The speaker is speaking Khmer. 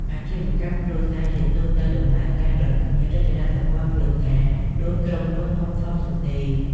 អាជីវកម្មគ្រួសារជាទូទៅដំណើរការដោយគ្មាន រចនាសម្ព័ន្ធផ្លូវការ ដូចក្រុមហ៊ុនធំៗនោះទេ។